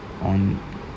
on